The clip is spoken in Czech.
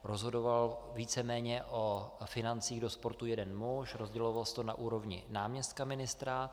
Rozhodoval víceméně o financích do sportu jeden muž, rozdělovalo se na úrovni náměstka ministra.